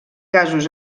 casos